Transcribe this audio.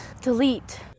Delete